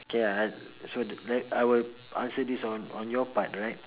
okay ah so that let I will answer this on on your part right